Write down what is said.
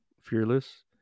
Fearless